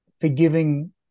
forgiving